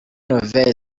nouvelle